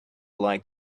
like